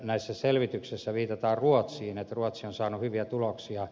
näissä selvityksissä viitataan ruotsiin että ruotsi on saanut hyviä tuloksia